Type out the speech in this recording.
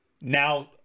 Now